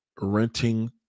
renting